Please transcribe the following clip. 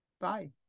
bye